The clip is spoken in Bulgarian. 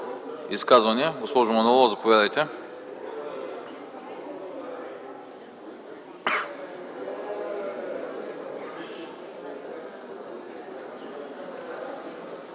Изказвания? Госпожо Манолова, заповядайте.